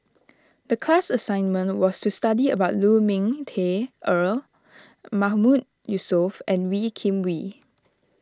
the class assignment was to study about Lu Ming Teh Earl Mahmood Yusof and Wee Kim Wee